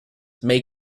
may